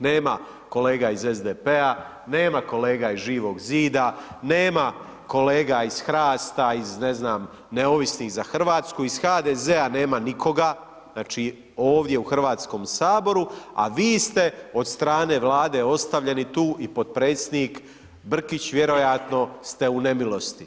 Nema kolega iz SDP-a, nema kolega iz Živog zida, nema kolega iz HRAST-a iz, ne znam, Neovisnih za Hrvatsku, iz HDZ-a nema nikoga, znači, ovdje u HS-u, a vi ste od strane Vlade ostavljeni tu i potpredsjednik Brkić vjerojatno ste u nemilosti.